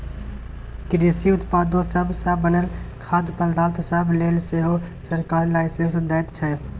कृषि उत्पादो सब सँ बनल खाद्य पदार्थ सब लेल सेहो सरकार लाइसेंस दैत छै